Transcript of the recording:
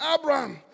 Abraham